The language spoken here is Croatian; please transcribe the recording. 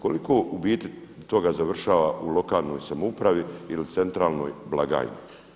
Koliko u biti toga završava u lokalnoj samoupravi ili centralnoj blagajni?